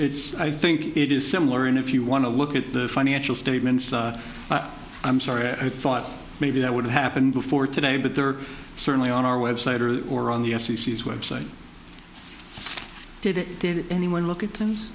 it's i think it is similar and if you want to look at the financial statements i'm sorry i thought maybe that would have happened before today but there are certainly on our website or or on the f c c is web site did it did anyone look at things